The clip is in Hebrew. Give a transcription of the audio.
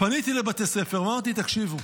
פניתי לבתי ספר ואמרתי: תקשיבו,